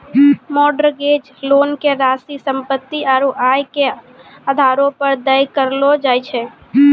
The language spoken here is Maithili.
मोर्टगेज लोन के राशि सम्पत्ति आरू आय के आधारो पे तय करलो जाय छै